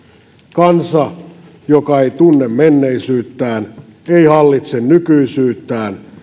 kansa joka ei tunne menneisyyttään ei hallitse nykyisyyttään